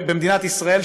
במדינת ישראל,